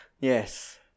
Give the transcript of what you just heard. yes